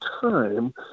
time